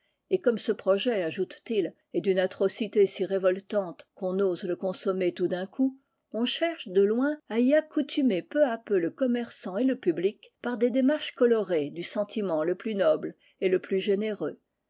et comme ce projet ajoutent ils est d'une atrocité si révoltante qu'on n'ose le consommer tout d'un coup on cherche de loin à y accoutumer peu à peu le commerçant et le public par des démarches colorées du sentiment le plus noble et le plus généreux